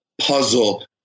puzzle